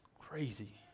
crazy